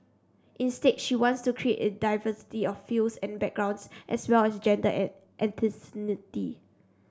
instead she wants to create a diversity of fields and backgrounds as well as gender and ethnicity